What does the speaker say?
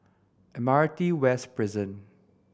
Admiralty West Prison